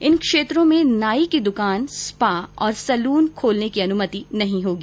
इन क्षेत्रों में नाई की दुकान स्पा और सैलून खोलने की अनुमति नहीं होगी